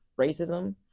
racism